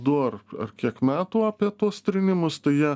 du ar ar kiek metų apie tuos trėmimus tai jie